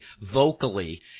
vocally